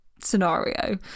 scenario